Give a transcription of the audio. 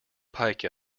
pike